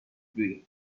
dream